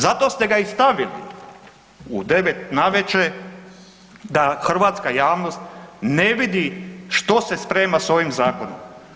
Zato ste ga i stavili u devet navečer da hrvatska javnost ne vidi što se sprema sa ovim zakonom.